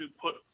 put